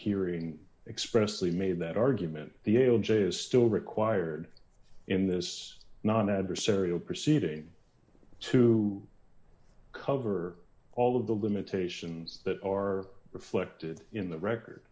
hearing expressly made that argument the ale jay is still required in this non adversarial proceeding to cover all of the limitations that are reflected in the record